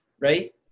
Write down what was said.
right